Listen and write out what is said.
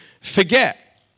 forget